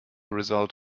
result